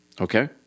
Okay